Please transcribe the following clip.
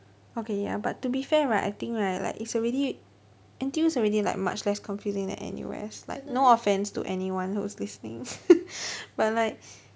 okay ya but to be fair right I think right like it's already N_T_U is already like much less confusing than N_U_S like no offense to anyone who is listening but like